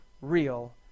real